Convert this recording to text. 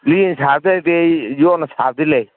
ꯂꯤꯅ ꯁꯥꯕꯇ ꯅꯠꯇꯦ ꯌꯣꯠꯅ ꯁꯥꯕꯗꯤ ꯂꯩ